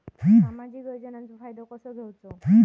सामाजिक योजनांचो फायदो कसो घेवचो?